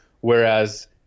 Whereas